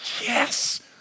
yes